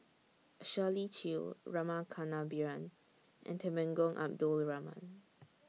Shirley Chew Rama Kannabiran and Temenggong Abdul Rahman